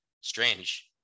Strange